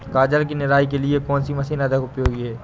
गाजर की निराई के लिए कौन सी मशीन अधिक उपयोगी है?